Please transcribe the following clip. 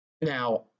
Now